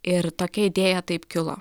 ir tokia idėja taip kilo